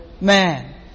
man